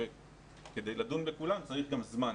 כדי לדון בכולן, צריך גם זמן.